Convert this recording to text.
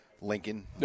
Lincoln